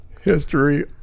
history